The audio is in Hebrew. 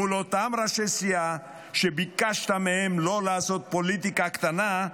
מול אותם ראשי סיעה שביקשת מהם לא לעשות פוליטיקה קטנה,